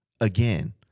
again